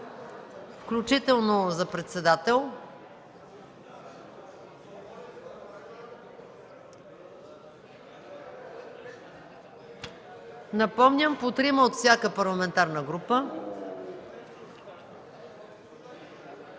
включително и за председател. Напомням – по трима от всяка парламентарна група.